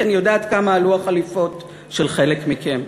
כי אני יודעת כמה עלו החליפות של חלק מכם.